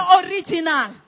original